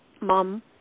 Mom